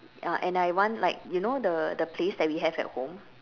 uh and I want like you know the the place that we have at home